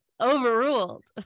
overruled